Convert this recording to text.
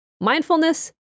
Mindfulness